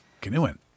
canoeing